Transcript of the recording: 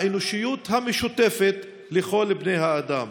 האנושיות המשותפת לכל בני האדם".